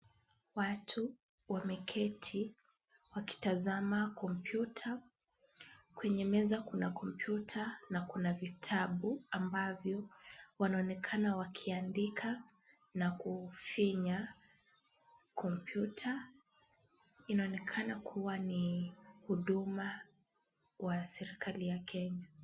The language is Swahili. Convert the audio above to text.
Watu wameketi wakitazama kompyuta. Kwenye meza kuna kompyuta na kuna vitabu ambavyo wanaonekana wakiandika na kufinya kompyuta. Inaonekana kuwa ni Huduma wa serikali ya Kenya.